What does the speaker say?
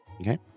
Okay